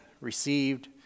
received